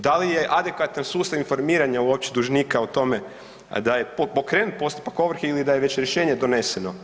Da li je adekvatan sustav informiranja uopće dužnika o tome da je pokrenut postupak ovrhe ili da je već rješenje doneseno?